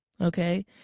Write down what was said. Okay